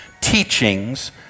teachings